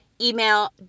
Email